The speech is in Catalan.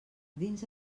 dins